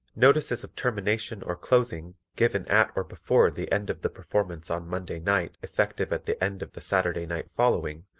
notices of termination or closing given at or before the end of the performance on monday night effective at the end of the saturday night following,